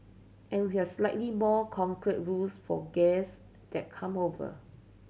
and we have slightly more concrete rules for guest that come over